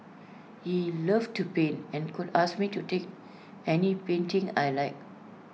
he loved to paint and could ask me to take any painting I liked